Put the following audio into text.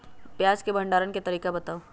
प्याज के भंडारण के तरीका बताऊ?